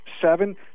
seven